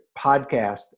podcast